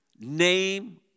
name